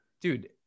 dude